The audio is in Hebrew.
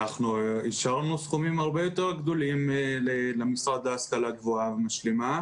אישרנו סכומים הרבה יותר גדולים למשרד להשכלה גבוהה ומשלימה.